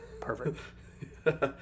perfect